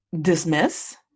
dismiss